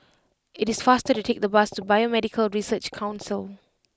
it is faster to take the bus to Biomedical Research Council